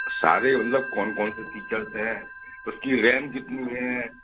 सारे मतलब कौन कौन से फीचर्स हैं उसकी रैम कितनी है